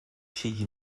siedzi